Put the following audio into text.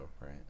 right